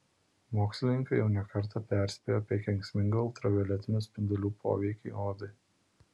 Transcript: mokslininkai jau ne kartą perspėjo apie kenksmingą ultravioletinių spindulių poveikį odai